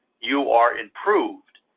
you are improved,